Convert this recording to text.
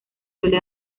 suele